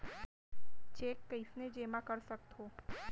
Cheque कईसने जेमा कर सकथो?